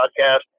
podcast